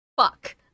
Fuck